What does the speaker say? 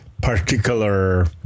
particular